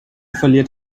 verliert